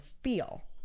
feel